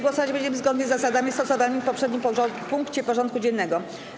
Głosować będziemy zgodnie z zasadami stosowanymi w poprzednim punkcie porządku dziennego.